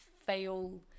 fail